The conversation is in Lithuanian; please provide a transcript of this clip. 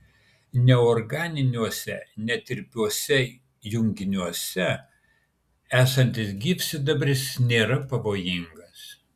neorganiniuose netirpiuose junginiuose esantis gyvsidabris nėra pavojingas